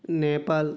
Nepal